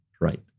right